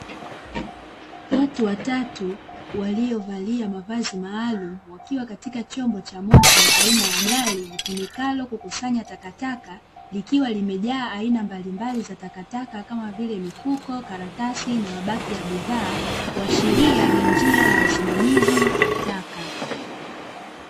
Watu watatu waliovalia mavazi maalumu, wakiwa katika chombo cha moto aina ya gari, litumikalo kukusanya takataka, likiwa limejaa aina mbalimbali za takataka, kama vile; mifuko, karatasi na mabaki ya bidhaa. Kuashiria ni njia ya usimamizi wa taka.